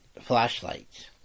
flashlights